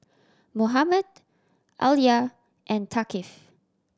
Muhammad Alya and Thaqif